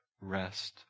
rest